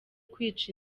kwica